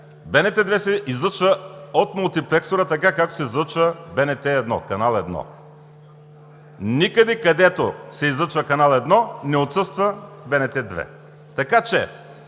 БНТ 2 се излъчва от мултиплексора, както се излъчва и БНТ 1, Канал 1. Никъде, където се излъчва Канал 1, не отсъства БНТ 2. Така че